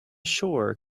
shore